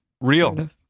real